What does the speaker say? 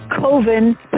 Coven